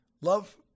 Love